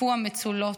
ליטפו המצולות".